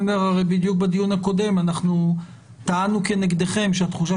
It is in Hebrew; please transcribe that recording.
הרי בדיוק בדיון הקודם אנחנו טענו כנגדכם שהתחושה